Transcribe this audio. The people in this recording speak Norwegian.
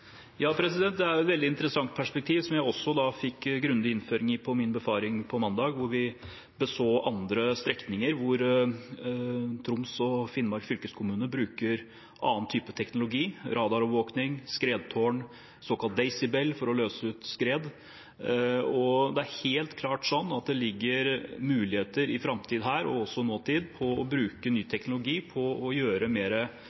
Det er et veldig interessant perspektiv, som jeg også fikk grundig innføring i på min befaring på mandag, hvor vi så på andre strekninger der Troms og Finnmark fylkeskommune bruker annen teknologi – radarovervåkning, skredtårn, såkalt Daisy Bell for å løse ut skred. Det ligger helt klart muligheter i både framtid og nåtid her på å bruke teknologi for å ta mer